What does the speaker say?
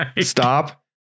stop